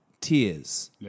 tears